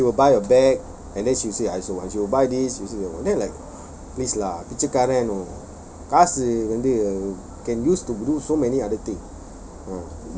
ya she will buy a bag and then she'll say I also want she'll buy this then like please lah காசு வந்து:kaasu wanthu can use to do so many other thing